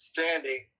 Standing